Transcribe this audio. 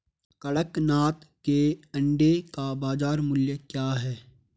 कड़कनाथ के अंडे का बाज़ार मूल्य क्या है?